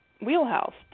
wheelhouse